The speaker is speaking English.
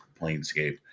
Planescape